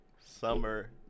summer